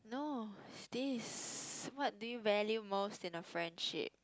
no it's this what do you value most in a friendship